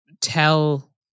tell